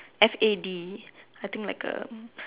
F A D I think like a